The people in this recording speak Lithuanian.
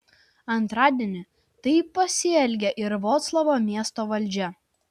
antradienį taip pasielgė ir vroclavo miesto valdžia